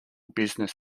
business